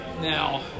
Now